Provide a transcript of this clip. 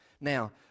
Now